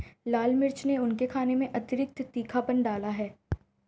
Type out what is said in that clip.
लाल मिर्च ने उनके खाने में अतिरिक्त तीखापन डाला है